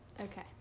Okay